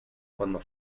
cuando